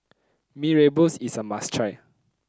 Mee Rebus is a must try